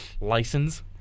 license